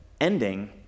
ending